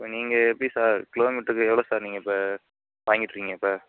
நீங்கள் எப்படி sir kilo மீட்டருக்கு எவ்வளோ சார் நீங்கள் இப்போ வாங்கிட்ருக்கிங்க சார்